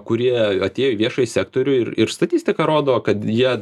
kurie atėjo į viešąjį sektorių ir ir statistika rodo kad jie